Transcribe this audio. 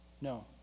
No